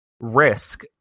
risk